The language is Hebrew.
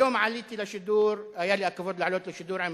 היום עליתי לשידור, היה לי הכבוד לעלות לשידור עם